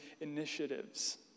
initiatives